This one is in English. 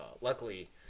luckily